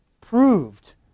proved